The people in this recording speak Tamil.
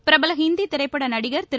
பிரபல ஹிந்தி திரைப்பட நடிகர் திரு